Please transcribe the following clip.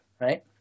right